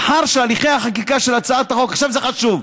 מאחר שהליכי החקיקה של הצעת החוק, עכשיו זה חשוב.